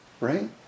Right